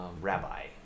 rabbi